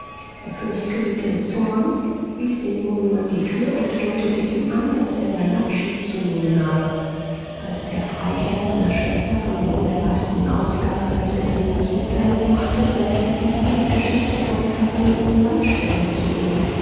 der fürst geriet in zorn wies dem jungen mann die tür und deutete ihm an daß er seinen abschied zu nehmen habe als der freiherr seiner schwester von dem unerwarteten ausgang seines unternehmens mitteilung machte drängte sie ihn die geschichte vor die versammelten landstände zu bringen